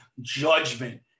judgment